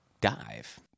dive